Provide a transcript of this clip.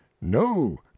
No